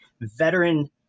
veteran